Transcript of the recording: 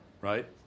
right